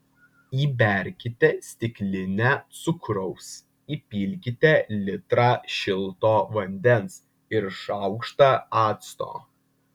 įberkite stiklinę cukraus įpilkite litrą šilto vandens ir šaukštą acto